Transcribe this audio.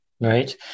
right